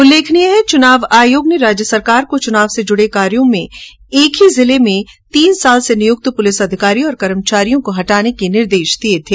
उल्लेखनीय है चुनाव आयोग ने राज्य सरकार को चुनाव से जुड़े कायोँ में एक ही जिले में तीन सालों से नियुक्त पुलिस अधिकारी और कर्मचारियों को हटाने को निर्देश दिए थे